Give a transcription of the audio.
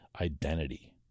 identity